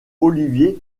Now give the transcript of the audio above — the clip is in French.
olivier